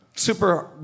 Super